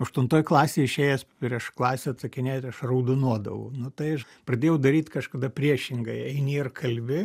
aštuntoj klasėj išėjęs prieš klasę atsakinėti aš raudonuodavau nu tai aš pradėjau daryt kažkada priešingai eini ir kalbi